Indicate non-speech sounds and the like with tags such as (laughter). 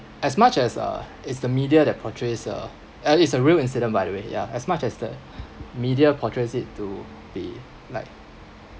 as much as uh is the media that portrays a and is a real incident by the way ya as much as the (breath) media portrays it to be like